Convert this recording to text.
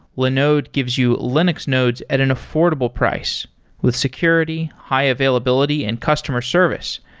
linode gives you linux nodes at an affordable price with security, high-availability and customer service.